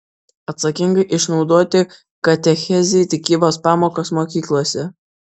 atsakingai išnaudoti katechezei tikybos pamokas mokyklose